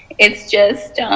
it is just.